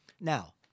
Now